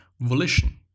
volition